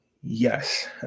Yes